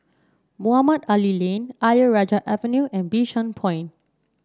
Mohamed Ali Lane Ayer Rajah Avenue and Bishan Point